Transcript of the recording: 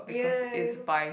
yeah yeah yeah